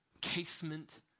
Casement